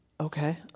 Okay